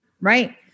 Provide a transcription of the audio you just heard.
Right